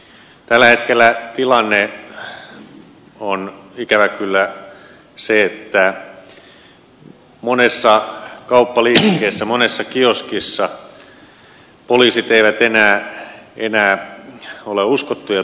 tällä hetkellä tilanne on ikävä kyllä se että monessa kauppaliikkeessä monessa kioskissa poliisit eivät enää ole uskottuja toimijoita